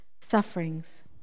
sufferings